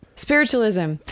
Spiritualism